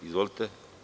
Izvolite.